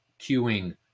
queuing